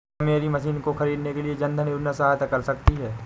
क्या मेरी मशीन को ख़रीदने के लिए जन धन योजना सहायता कर सकती है?